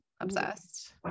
obsessed